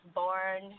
born